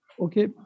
Okay